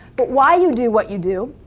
but why you do what you do,